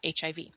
HIV